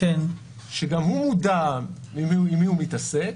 שגם הוא הודה עם מי הוא מתעסק,